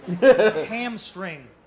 Hamstring